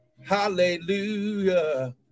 Hallelujah